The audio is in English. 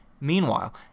Meanwhile